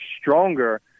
stronger